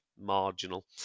marginal